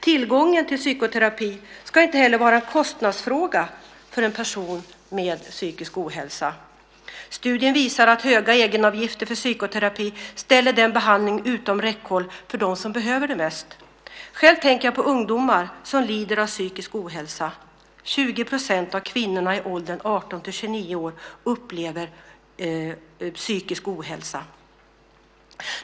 Tillgången till psykoterapi ska inte heller vara en kostnadsfråga för en person med psykisk ohälsa. Studier visar att höga egenavgifter för psykoterapi ställer den behandlingen utom räckhåll för dem som behöver den mest. Själv tänker jag på ungdomar som lider av psykisk ohälsa. 20 % av kvinnorna i åldern 18-29 år upplever psykisk ohälsa.